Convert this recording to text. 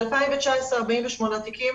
ב-2019 48 תיקים